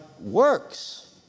works